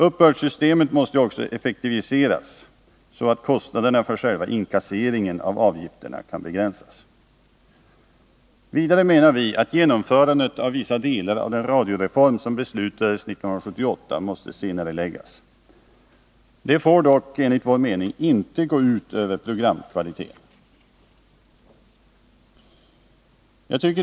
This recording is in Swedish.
Uppbördssystemet måste också effektiviseras, så att kostnaderna för själva inkasseringen av avgifterna begränsas. Vidare menar vi att genomförandet av vissa delar av den radioreform som beslutades 1978 måste senareläggas. Det får dock, enligt vår mening, inte gå ut över programkvaliteten.